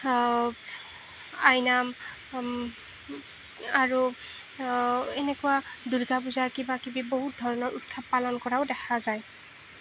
আইনাম আৰু এনেকুৱা দুৰ্গা পূজা কিবা কিবি বহুত ধৰণৰ উৎসৱ পালন কৰাও দেখা যায়